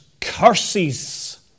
curses